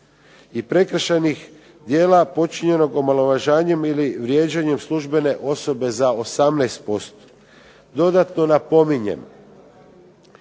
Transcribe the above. i prekršajnih djela počinjenog omalovažavanjem ili vrijeđanjem službene osobe za 18%. Dodatno napominjem,